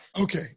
Okay